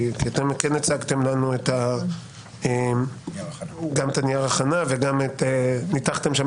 כי אתם כן הצגתם לנו גם את נייר ההכנה וגם ניתחתם שם